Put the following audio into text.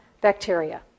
bacteria